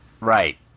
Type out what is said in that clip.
Right